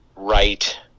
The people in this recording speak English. Right